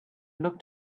looked